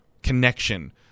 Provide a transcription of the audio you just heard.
Connection